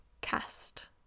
cast